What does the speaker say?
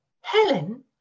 Helen